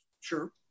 Sure